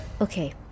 Okay